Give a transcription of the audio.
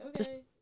okay